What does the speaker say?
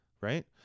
Right